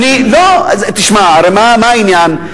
תשמע, הרי מה העניין?